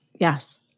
Yes